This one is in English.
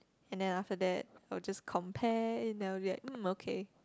and then after that I will just compare and I will be like um okay